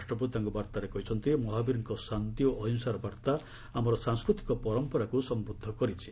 ରାଷ୍ଟ୍ରପତି ତାଙ୍କ ବାର୍ତ୍ତାରେ କହିଛନ୍ତି ମହାବୀରଙ୍କ ଶାନ୍ତି ଓ ଅହିଂସାର ବାର୍ତ୍ତା ଆମର ସାଂସ୍କୃତିକ ପରମ୍ପରାକୁ ସମୃଦ୍ଧ କରିଛି